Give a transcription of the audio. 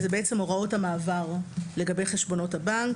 אלה הן, בעצם, הוראות המעבר לגבי חשבונות הבנק.